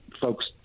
folks